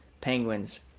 Penguins